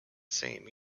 same